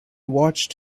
watched